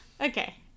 Okay